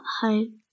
home